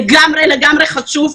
זה לגמרי חשוב,